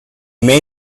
may